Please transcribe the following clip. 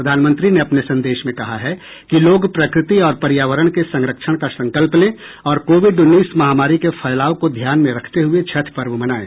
प्रधानमंत्री ने अपने संदेश में कहा है कि लोग प्रकृति और पर्यावरण के संरक्षण का संकल्प ले और कोविड उन्नीस महामारी के फैलाव को ध्यान में रखते हुए छठ पर्व मनाये